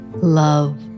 Love